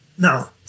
Now